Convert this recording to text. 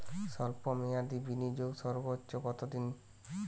স্বল্প মেয়াদি বিনিয়োগ সর্বোচ্চ কত দিন?